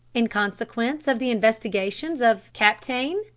in consequence of the investigations of kapteyn,